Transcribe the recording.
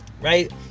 right